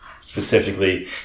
specifically